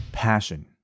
passion